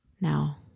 Now